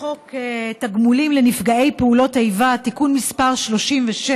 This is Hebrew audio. חוק התגמולים לנפגעי פעולות איבה (תיקון מס' 36)